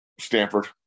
Stanford